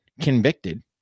convicted